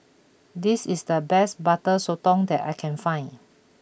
this is the best Butter Sotong that I can find